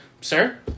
sir